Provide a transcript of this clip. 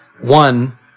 one